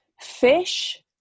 fish